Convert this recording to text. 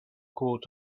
court